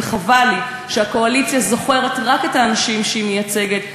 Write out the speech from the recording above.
וחבל לי שהקואליציה זוכרת רק את האנשים שהיא מייצגת,